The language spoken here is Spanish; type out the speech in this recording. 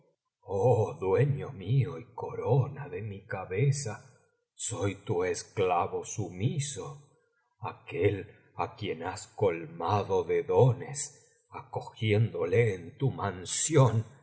dueño mío y corona de mi cabeza soy tu esclavo sumiso aquel á quien has colmado de dones acogiéndole en tu mansión